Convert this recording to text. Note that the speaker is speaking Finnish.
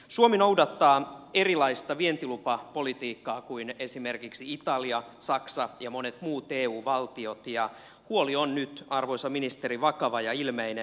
suomi noudattaa erilaista vientilupapolitiikkaa kuin esimerkiksi italia saksa ja monet muut eu valtiot ja huoli on nyt arvoisa ministeri vakava ja ilmeinen